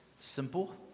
simple